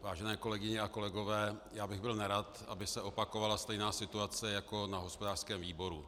Vážené kolegyně a kolegové, byl bych nerad, aby se opakovala stejná situace jako na hospodářském výboru.